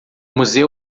museu